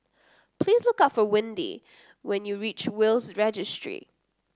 please look for Windy when you reach Will's Registry